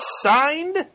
signed